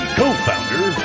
co-founder